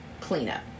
cleanup